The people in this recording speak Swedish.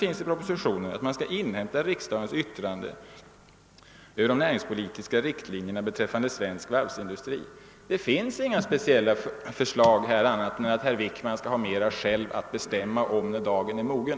I propositionen yrkas att man skall inhämta riksdagens yttrande över de näringspolitiska riktlinjerna beträffande svensk varvsindustri, men det finns inga speciella förslag förutom sådana som innebär, att herr Wickman själv skall få mera att bestämma om när tiden är mogen.